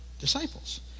disciples